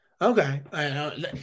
Okay